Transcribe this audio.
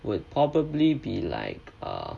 will probably be like err